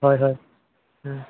হয় হয়